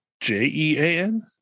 J-E-A-N